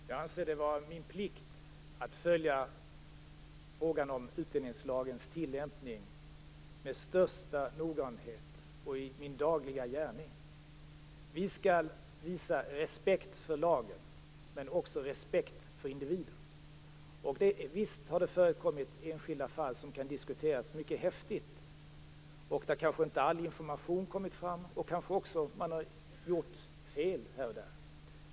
Herr talman! Jag anser det vara min plikt att i min dagliga gärning följa frågan om utlänningslagens tillämpning med största noggrannhet. Vi skall visa respekt för lagen men också för individen. Visst har det förekommit enskilda fall som kan diskuteras mycket häftigt, fall där kanske inte all information kommit fram. Kanske har man också gjort fel här och där.